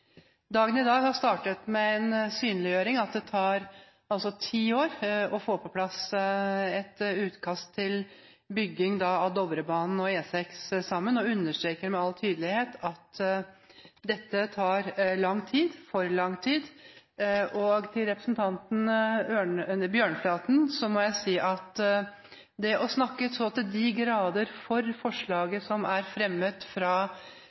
Dagen i dag startet med en synliggjøring av at det tar ti år å få på plass et utkast til bygging av Dovrebanen og E6 sammen, som understreker med all tydelighet at dette tar lang tid – for lang tid. Til representanten Bjørnflaten må jeg si at det å snakke så til de grader for forslaget til vedtak som er fremmet av forslagsstillerne fra